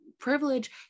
Privilege